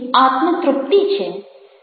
આત્મ તૃપ્તિ છે